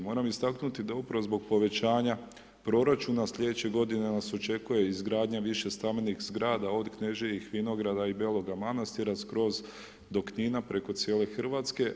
Moram istaknuti da upravo zbog povećanja proračuna slijedeće godine nas očekuje izgradnja više stambenih zgrada od Kneževih vinograda i Beloga Manastira, skroz do Knina, preko cijele RH.